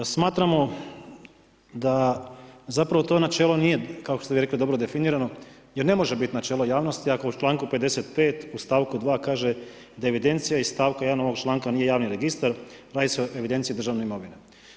Smatramo da zapravo to načelo nije kao što ste vi rekli dobro definirano, jer ne može biti načelo javnosti ako u članku 55. u stavku 2. kaže - da evidencija iz stavka 1. ovog članka nije javni registar, radi se o evidenciji državne imovine.